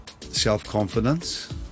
self-confidence